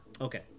Okay